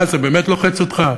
מה, זה באמת לוחץ אותך?